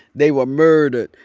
they were murdered.